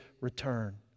return